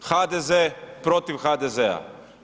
HDZ protiv HDZ-a.